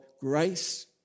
grace